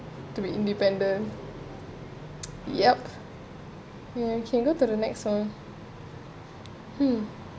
to be independent yup okay can go into the next one mm